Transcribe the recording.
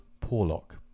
Porlock